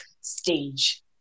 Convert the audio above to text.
stage